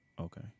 Okay